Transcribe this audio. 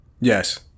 Yes